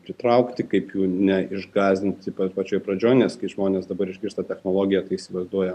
pritraukti kaip jų neišgąsdinti pa pačioj pradžioj nes kai žmonės dabar išgirsta technologiją tai įsivaizduoja